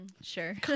sure